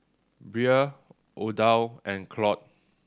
Brea Odile and Claude